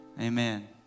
Amen